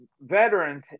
veterans